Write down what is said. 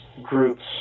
groups